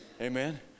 amen